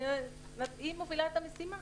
והיא מובילה את המשימה.